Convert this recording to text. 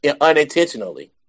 unintentionally